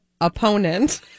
opponent